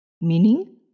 Meaning